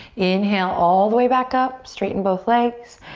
inhale all the way back up, straighten both legs.